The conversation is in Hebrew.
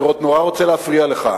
אני מאוד רוצה להפריע לך.